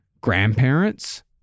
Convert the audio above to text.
grandparents